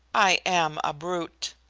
i am a brute.